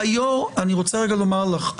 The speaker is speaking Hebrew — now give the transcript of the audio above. אני רוצה רגע לומר לך.